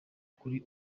kuri